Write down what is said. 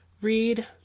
read